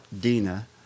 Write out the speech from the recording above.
Dina